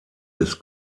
des